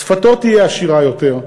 שפתו תהיה עשירה יותר,